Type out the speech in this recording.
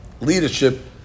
leadership